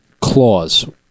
clause